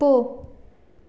போ